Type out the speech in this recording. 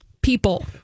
people